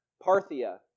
Parthia